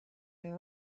and